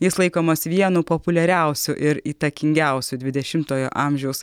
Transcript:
jis laikomas vienu populiariausių ir įtakingiausių dvidešimtojo amžiaus